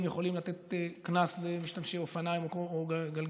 יכולים לתת קנס למשתמשי אופניים או גלגינועים,